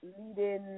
leading